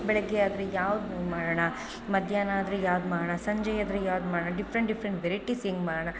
ಬೆಳಗ್ಗೆ ಆದರೆ ಯಾವ್ದು ಮಾಡೋಣ ಮಧ್ಯಾಹ್ನ ಆದರೆ ಯಾವ್ದು ಮಾಡೋಣ ಸಂಜೆ ಆದರೆ ಯಾವ್ದು ಮಾಡೋಣ ಡಿಫ್ರೆಂಟ್ ಡಿಫ್ರೆಂಟ್ ವೆರೈಟ್ಟಿಸ್ ಹೆಂಗೆ ಮಾಡೋಣ